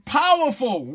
powerful